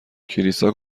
کلیسا